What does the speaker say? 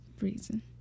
reason